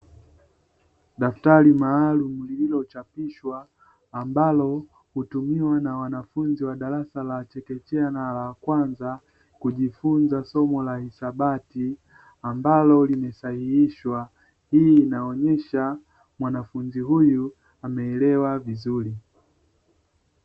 Daftari maalumu lililochapishwa, ambalo hutumiwa na wanafunzi wa darasa la chekechea na la kwanza kujifunza somo la hisabati; ambalo limesahihishwa, hii inaonyesha mwanafunzi huyu ameelewa vizuri.